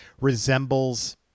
resembles